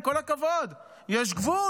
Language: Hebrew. עם כל הכבוד, יש גבול.